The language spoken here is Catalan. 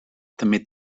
també